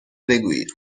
بگویید